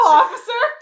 officer